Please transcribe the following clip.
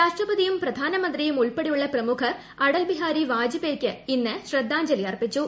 രാഷ്ട്രപതിയും പ്രധാനമന്ത്രിയും ഉൾപ്പെടെയുള്ള പ്രമുഖർ അടൽ ബിഹാരി വാജ്പേയിക്ക് ഇന്ന് ശ്രദ്ധാഞ്ജലി അർപ്പിച്ചു